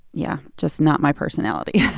yeah just not my personality yeah